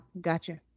gotcha